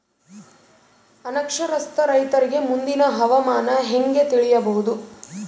ಅನಕ್ಷರಸ್ಥ ರೈತರಿಗೆ ಮುಂದಿನ ಹವಾಮಾನ ಹೆಂಗೆ ತಿಳಿಯಬಹುದು?